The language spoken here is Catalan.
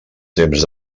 temps